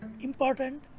important